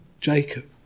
Jacob